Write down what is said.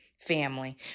family